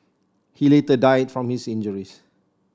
he later died from his injuries